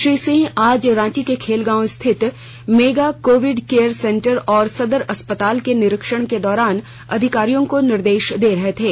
श्री सिंह आज रांची के खेलगांव स्थित मेगा कोविड केयर सेंटर और सदर अस्पताल के निरीक्षण के दौरान अधिकारियों को निर्देश दे रहे थे